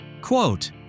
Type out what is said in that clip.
Quote